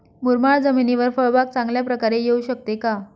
मुरमाड जमिनीवर फळबाग चांगल्या प्रकारे येऊ शकते का?